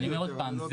אני אומר פעם נוספת,